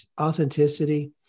authenticity